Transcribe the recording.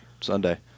Sunday